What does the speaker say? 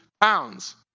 pounds